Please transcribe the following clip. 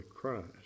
Christ